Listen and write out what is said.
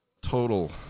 total